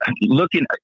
looking